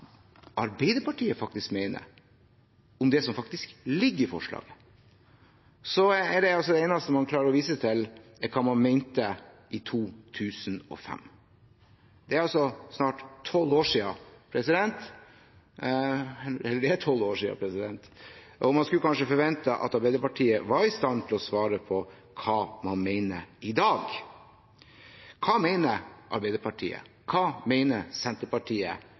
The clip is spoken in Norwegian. Arbeiderpartiet mener om det som faktisk ligger i forslaget, og det eneste man klarer å vise til, er hva man mente i 2005. Det er tolv år siden, og man skulle kanskje forvente at Arbeiderpartiet var i stand til å svare på hva man mener i dag. Hva mener Arbeiderpartiet? Hva mener Senterpartiet